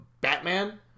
Batman